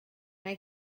mae